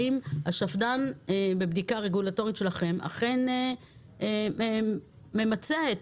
האם השפד”ן בבדיקה רגולטורית שלכם אכן ממצה את